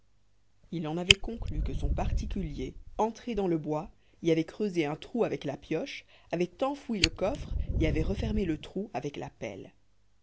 il en avait conclu que son particulier entré dans le bois y avait creusé un trou avec la pioche avait enfoui le coffre et avait refermé le trou avec